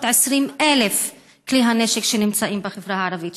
ל-320,000 כלי הנשק שנמצאים בחברה הערבית?